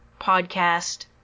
podcast